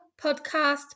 Podcast